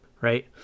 right